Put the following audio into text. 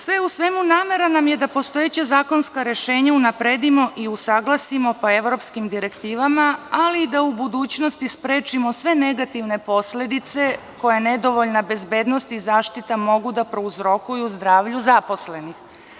Sve u svemu, namera nam je da postojeća zakonska rešenja unapredimo i usaglasimo po evropskim direktivama, ali i da u budućnosti sprečimo sve negativne posledice koje nedovoljna bezbednost i zaštita mogu da prouzrokuju zdravlju zaposlenih.